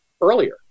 earlier